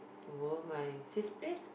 to go my sis place